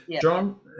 John